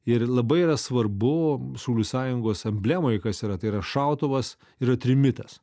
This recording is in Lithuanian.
ir labai yra svarbu šaulių sąjungos emblemoj kas yra tai yra šautuvas yra trimitas